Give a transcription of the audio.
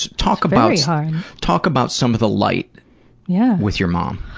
talk about yeah talk about some of the light yeah with your mom.